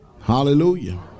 Hallelujah